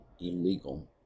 illegal